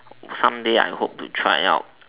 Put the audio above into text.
someday I hope to try out